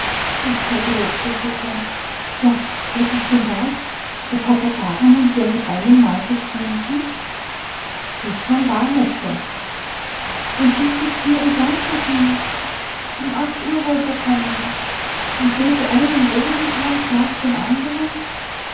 gott sei gelobt daß ihr kommt ja was ist denn das der pater faramund wär mit einemmal verschwunden s ist schon wahr mette und ich sitz hier und wart auf ihn um acht uhr wollt er kommen und bete einen rosenkranz hinter dem anderen